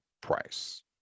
price